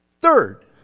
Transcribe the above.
Third